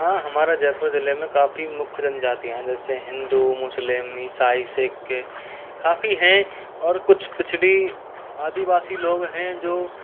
हाँ हमारे जयपुर जिले में काफ़ी मुख्य जनजातियाँ जैसे हिंदू मुस्लिम ईसाई सिख काफ़ी है और कुछ पिछड़ी आदिवासी लोग हैं